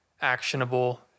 actionable